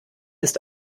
ist